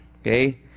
Okay